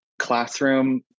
classroom